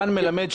רן מלמד,